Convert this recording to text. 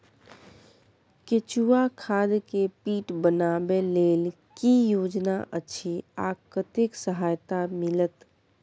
केचुआ खाद के पीट बनाबै लेल की योजना अछि आ कतेक सहायता मिलत?